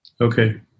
Okay